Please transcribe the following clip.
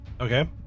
Okay